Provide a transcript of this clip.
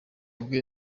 bwe